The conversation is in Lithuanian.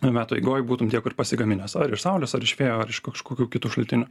ir metų eigoj būtum tiek ir pasigaminęs ar iš saulės ar iš vėjo ar iš kažkokių kitų šaltinių